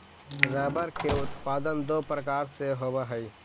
rubber के उत्पादन दो प्रकार से होवऽ हई